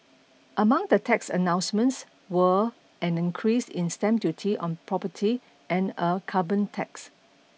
among the tax announcements were an increase in stamp duty on property and a carbon tax